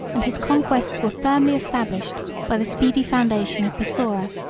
and his conquests were firmly established by the speedy foundation of bassora,